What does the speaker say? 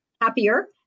happier